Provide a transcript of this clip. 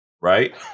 Right